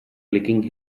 clicking